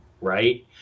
right